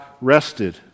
rested